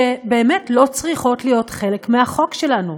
שבאמת לא צריכות להיות חלק מהחוק שלנו.